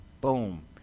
boom